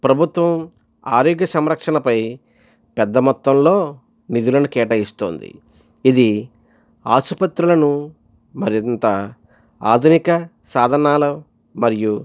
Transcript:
ప్రభుత్వం ఆరోగ్య సంరక్షణపై పెద్ద మొత్తంలో నిధులను కేటాయిస్తోంది ఇది ఆసుపత్రులను మరింత ఆధునిక సాధనాల మరియు